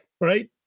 Right